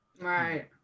Right